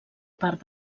part